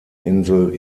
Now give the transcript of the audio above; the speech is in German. insel